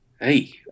Hey